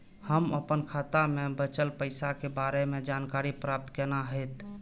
हम अपन खाता में बचल पैसा के बारे में जानकारी प्राप्त केना हैत?